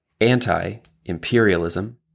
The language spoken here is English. Anti-Imperialism